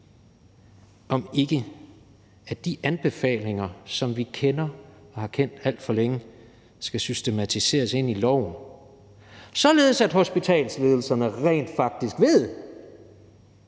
om ikke de anbefalinger, som vi kender og har kendt alt for længe, skal systematiseres ind i loven, således at hospitalsledelserne rent faktisk ved,